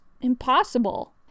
impossible